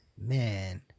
man